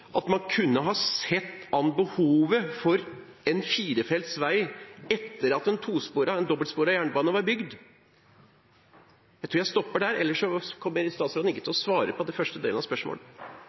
kunne sett an behovet for en firefelts vei til etter at en dobbeltsporet jernbane var bygd? Jeg tror jeg stopper der, ellers kommer ikke statsråden til å svare på første del av spørsmålet.